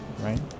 right